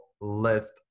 list